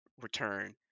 return